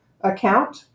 account